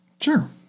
Sure